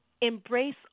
embrace